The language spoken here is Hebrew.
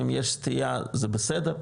אם יש סטייה זה בסדר,